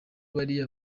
bariya